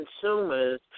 consumers